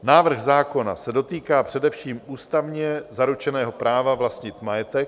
Návrh zákona se dotýká především ústavně zaručeného práva vlastnit majetek.